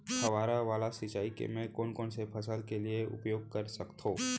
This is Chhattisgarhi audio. फवारा वाला सिंचाई मैं कोन कोन से फसल के लिए उपयोग कर सकथो?